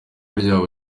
ryabo